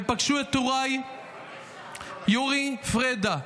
הם פגשו את טוראי יורי פרדה,